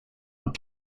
are